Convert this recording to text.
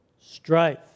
strife